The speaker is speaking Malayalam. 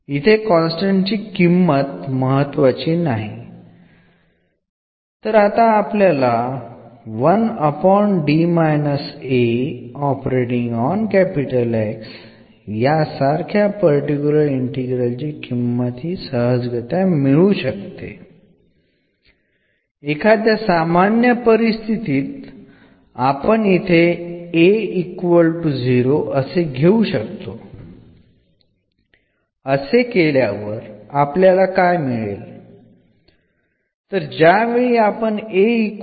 ഇത് നമുക്ക് ലഭിച്ചത് എന്ന ഇൻവേഴ്സ് ഓപ്പറേറ്റർ എന്ന ഫംഗ്ഷനിൽ പ്രയോഗിച്ചപ്പോൾ ആണ് അതിന്റെ മൂല്യം അല്ലാതെ മറ്റൊന്നുമല്ല